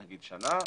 אולי שנה,